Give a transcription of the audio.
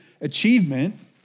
achievement